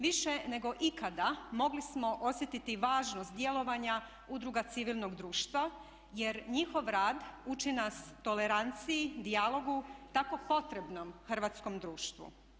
Više nego ikada mogli smo osjetiti važnost djelovanja udruga civilnog društva jer njihov rad učini nas toleranciji, dijalogu tako potrebnom hrvatskom društvu.